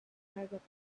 telegraph